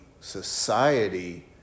society